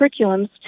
curriculums